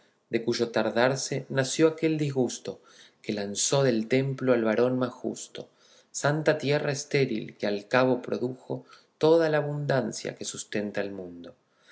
de cuyo tardarse nació aquel disgusto que lanzó del templo al varón más justo santa tierra estéril que al cabo produjo toda la abundancia que sustenta el mundo